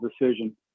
decision